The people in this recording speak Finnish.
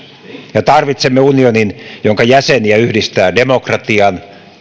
tarvitsemme unionin jonka jäseniä yhdistää demokratian